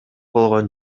болгон